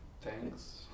Thanks